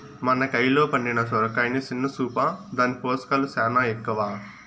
మన కయిలో పండిన సొరకాయని సిన్న సూపా, దాని పోసకాలు సేనా ఎక్కవ